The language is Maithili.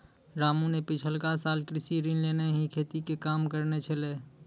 रामू न पिछला साल कृषि ऋण लैकॅ ही खेती के काम करनॅ छेलै